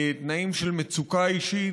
תנאים של מצוקה אישית,